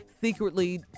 secretly